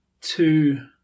two